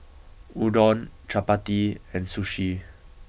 Udon Chapati and Sushi